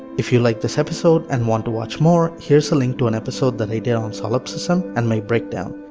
if you like this episode, and want to watch more, here is a link to an episode that i did on solipsism and my break down.